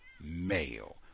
male